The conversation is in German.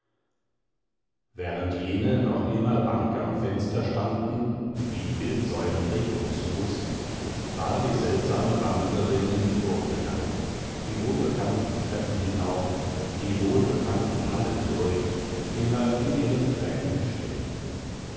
während jene noch immer bang am fenster standen wie bildsäulen regungslos war die seltsame wandrerin in die burg gelangt die wohlbekannten treppen hinauf die wohlbekannten hallen durch immer in ihren tränen still